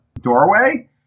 doorway